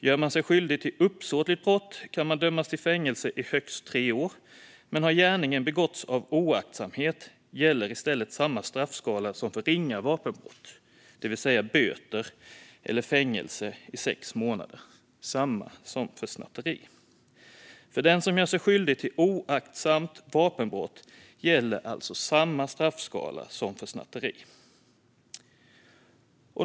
Gör man sig skyldig till uppsåtligt brott kan man dömas till fängelse i högst tre år, men har gärningen begåtts av oaktsamhet gäller i stället samma straffskala som för ringa vapenbrott, det vill säga böter eller fängelse i sex månader - samma som för snatteri. För den som gör sig skyldig till oaktsamt vapenbrott gäller alltså samma straffskala som för snatteri.